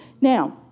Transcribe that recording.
Now